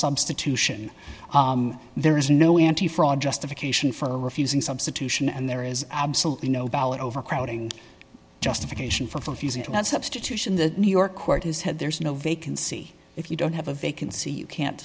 substitution there is no anti fraud justification for refusing substitution and there is absolutely no valid overcrowding justification for using to that substitution that new york court has had there's no vacancy if you don't have a vacancy you can't